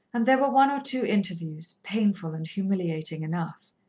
and there were one or two interviews, painful and humiliating enough.